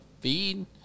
feed